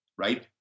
right